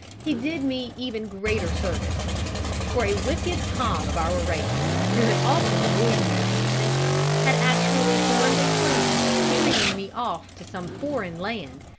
he did me even greater service for a wicked tom of our race, who had often annoyed me with his attentions, had actually formed a plan of carrying me off to some foreign land,